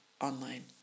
online